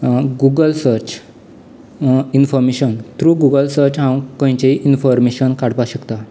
Google search information through Google search हांव खंयचेय information काडपाक शकता